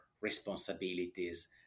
responsibilities